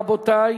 רבותי?